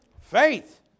Faith